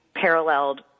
paralleled